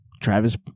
Travis